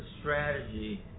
strategy